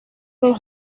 los